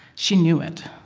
she knew it,